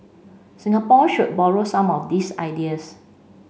Singapore should borrow some of these ideas